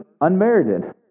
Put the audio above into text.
unmerited